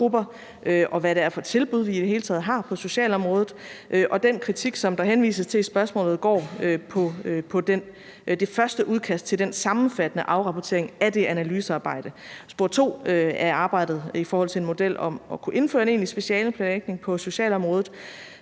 og hvad det er for tilbud, vi i det hele taget har på socialområdet. Og den kritik, som der henvises til i spørgsmålet, går på det første udkast til den sammenfattende afrapportering af det analysearbejde. Spor 2 er arbejdet i forhold til en model om at kunne indføre en egentlig specialeplanlægning på socialområdet.